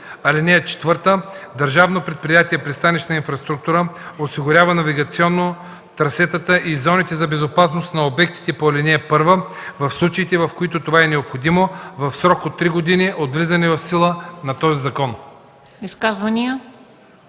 по-рано. (4) Държавно предприятие „Пристанищна инфраструктура” осигурява навигационно трасетата и зоните за безопасност на обектите по ал. 1 в случаите, в които това е необходимо, в срок от три години от влизане в сила на този закон.”